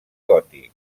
gòtics